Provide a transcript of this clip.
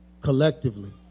collectively